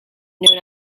known